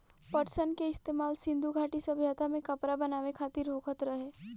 पटसन के इस्तेमाल सिंधु घाटी सभ्यता में कपड़ा बनावे खातिर होखत रहे